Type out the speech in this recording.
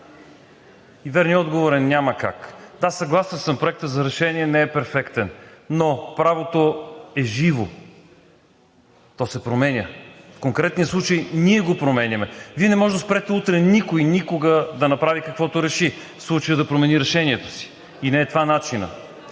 И верният отговор е: няма как! Да, съгласен съм, Проектът за решение не е перфектен, но правото е живо, то се променя. В конкретния случай ние го променяме. Вие не можете да спрете утре никой, никога да направи каквото реши – в случая да промени решението си – и не е това начинът.